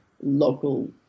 local